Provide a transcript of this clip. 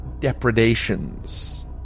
depredations